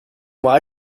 why